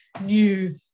new